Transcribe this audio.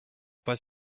pas